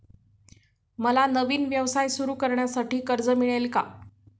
मला नवीन व्यवसाय सुरू करण्यासाठी कर्ज मिळेल का?